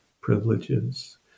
privileges